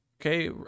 Okay